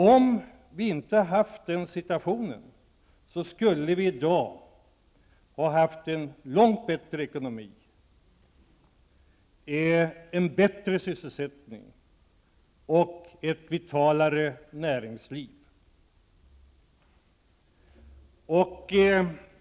Om vi inte hade haft den situationen skulle vi ha haft en långt bättre ekonomi i dag med en bättre sysselsättning och ett vitalare näringsliv.